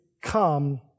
come